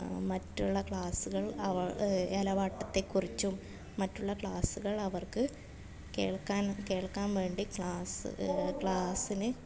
മറ്റുള്ള ക്ലാസുകൾ അവൾ എലവാട്ടത്തെ കുറിച്ചും മറ്റുള്ള ക്ലാസുകൾ അവർക്ക് കേൾക്കാൻ കേൾക്കാൻ വേണ്ടി ക്ലാസ്സ് ക്ലാസ്സിന്